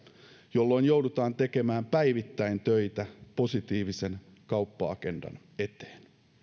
jolloin joudutaan tekemään päivittäin töitä positiivisen kauppa agendan eteen